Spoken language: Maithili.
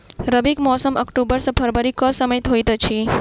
रबीक मौसम अक्टूबर सँ फरबरी क समय होइत अछि